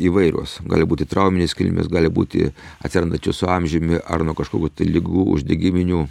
įvairios gali būti trauminės kilmės gali būti atsirandančios su amžiumi ar nuo kažkokių ligų uždegiminių